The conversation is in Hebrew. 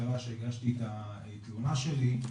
כשהגשתי את התלונה שלי,